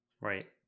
Right